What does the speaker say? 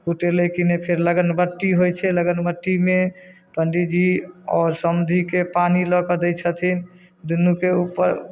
कुटेलै कि नहि फेर लगनबट्टी होइ छै लगनबट्टीमे पंडीजी आओर समधीके पानि लऽ कऽ दै छथिन दुनूके ऊपर